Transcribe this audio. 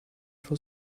for